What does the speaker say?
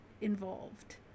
involved